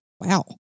Wow